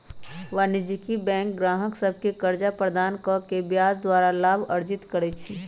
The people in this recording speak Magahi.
वाणिज्यिक बैंक गाहक सभके कर्जा प्रदान कऽ के ब्याज द्वारा लाभ अर्जित करइ छइ